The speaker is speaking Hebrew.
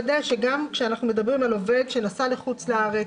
לפני שנעבור לחלק השני של הצעת החוק,